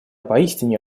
поистине